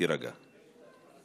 תצעק את זה עוד פעם.